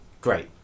great